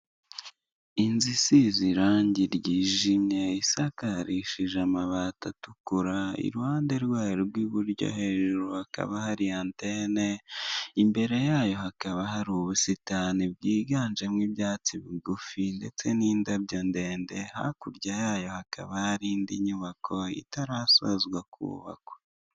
Inzu isize irangi ryijimye, isakarishihe amabari atukura, iruhande rwayo ry'iburyo hejuru hakaba hari antene, imbere yayo hakaba hari ubusitani bwiganjemo ibyatsi bigufi ndetse n'indabyo ndetse, hakurya ayayo hakaba hari indi nyubako itarasozwa kubakwa